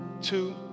Two